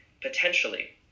potentially